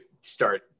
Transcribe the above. start